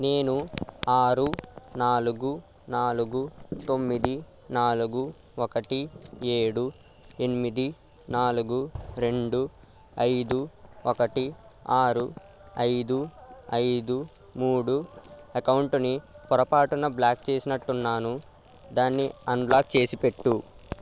నేను ఆరు నాలుగు నాలుగు తొమ్మిది నాలుగు ఒకటి ఏడు ఎనిమిది నాలుగు రెండు ఐదు ఒకటి ఆరు ఐదు ఐదు మూడు అకౌంట్ని పొరపాటున బ్లాక్ చేసినట్టున్నాను దాన్ని అన్బ్లాక్ చేసిపెట్టు